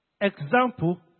example